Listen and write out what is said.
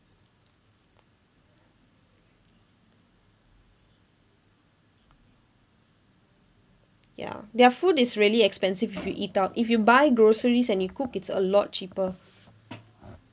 ya their food is really expensive if you eat out if you buy groceries and you cook it's a lot cheaper